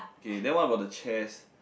K then what about the chairs